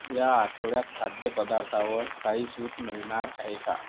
या आठवड्यात खाद्यपदार्थावर काही सूट मिळणार आहे का